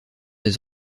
des